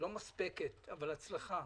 לא מספקת אבל הצלחה.